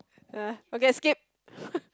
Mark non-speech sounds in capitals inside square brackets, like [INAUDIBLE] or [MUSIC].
ya okay skip [LAUGHS]